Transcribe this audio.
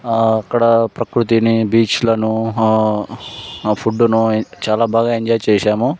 అక్కడ ప్రకృతిని బీచ్లను ఆ ఫుడ్ను చాలా బాగా ఎంజాయ్ చేసాము